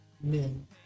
men